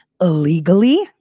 illegally